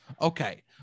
Okay